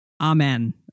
amen